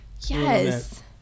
Yes